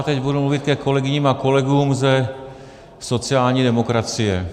Teď budu mluvit ke kolegyním a kolegům ze sociální demokracie.